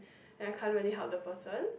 and I can't really help the person